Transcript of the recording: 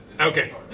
Okay